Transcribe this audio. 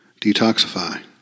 detoxify